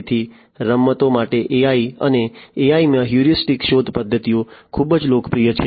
તેથી રમતો માટે AI અને AI માં હ્યુરિસ્ટિક શોધ પદ્ધતિઓ ખૂબ લોકપ્રિય છે